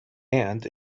and